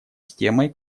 темой